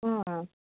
अँ